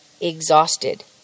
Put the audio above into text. exhausted